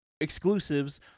exclusives